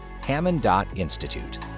Hammond.institute